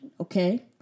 Okay